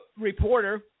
reporter